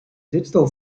digital